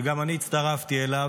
שגם אני הצטרפתי אליו,